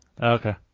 Okay